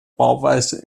bauweise